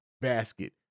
basket